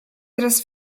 teraz